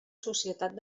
societat